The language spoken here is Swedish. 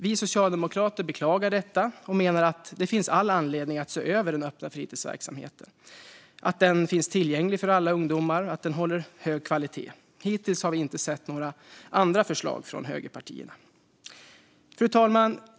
Vi socialdemokrater beklagar detta och menar att det finns all anledning att se över den öppna fritidsverksamheten, att den finns tillgänglig för alla ungdomar och att den håller hög kvalitet. Hittills har vi inte sett några andra förslag från högerpartierna. Fru talman!